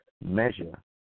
measure